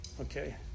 okay